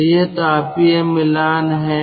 तो यह तापीय मिलान है